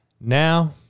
Now